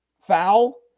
foul